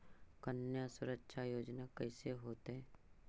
कन्या सुरक्षा योजना कैसे होतै?